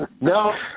No